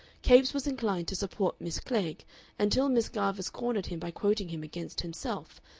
capes was inclined to support miss klegg until miss garvice cornered him by quoting him against himself,